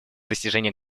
достижения